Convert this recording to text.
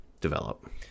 develop